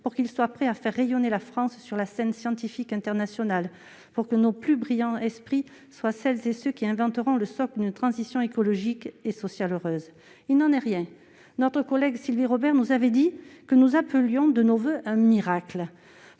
pour qu'il soit prêt à faire rayonner la France sur la scène scientifique internationale et que nos plus brillants esprits soient ceux qui inventeront le socle d'une transition écologique et sociale heureuse. Il n'en est rien ! Notre collègue Sylvie Robert nous avait indiqué que nous appelions de nos voeux un miracle.